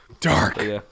dark